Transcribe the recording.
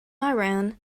iran